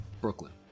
Brooklyn